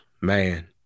man